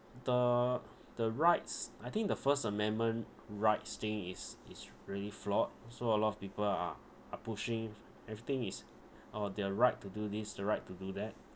the the rights I think the first amendment rights thing is is really flawed so a lot of people are are pushing everything is oh their right to do this their right to do that